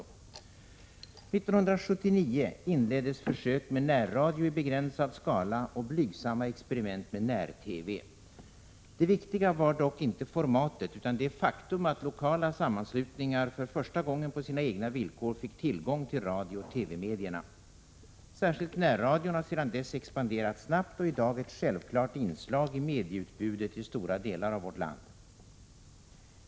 År 1979 inleddes försök med närradio i begränsad skala och blygsamma experiment med när-TV. Det viktiga var dock inte formatet utan det faktum att lokala sammanslutningar för första gången fick tillgång till radiooch TV-medierna på sina egna villkor. Särskilt närradion har sedan dess expanderat snabbt och är i dag ett självklart inslag i medieutbudet i stora delar av vårt land.